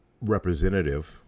representative